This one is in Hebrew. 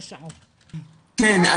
כן.